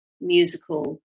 musical